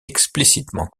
explicitement